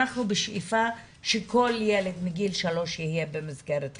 אנחנו בשאיפה שכל ילד מגיל 3 יהיה במסגרת חינוכית,